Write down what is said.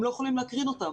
הם לא יכולים להקרין אותם,